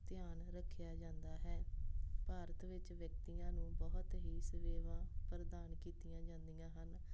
ਧਿਆਨ ਰੱਖਿਆ ਜਾਂਦਾ ਹੈ ਭਾਰਤ ਵਿੱਚ ਵਿਅਕਤੀਆਂ ਨੂੰ ਬਹੁਤ ਹੀ ਸੇਵਾਵਾਂ ਪ੍ਰਦਾਨ ਕੀਤੀਆਂ ਜਾਂਦੀਆਂ ਹਨ